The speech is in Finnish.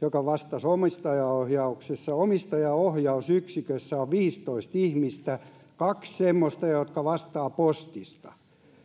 joka vastasi omistajaohjauksesta ja omistajaohjausyksikössä on viisitoista ihmistä kaksi semmoista jotka vastaavat postista